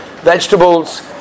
vegetables